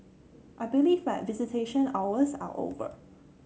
I believe that visitation hours are over